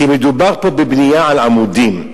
כי מדובר פה בבנייה על עמודים.